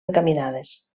encaminades